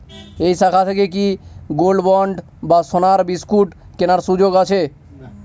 এই শাখা থেকে কি গোল্ডবন্ড বা সোনার বিসকুট কেনার সুযোগ আছে?